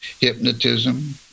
Hypnotism